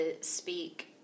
speak